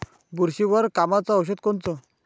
बुरशीवर कामाचं औषध कोनचं?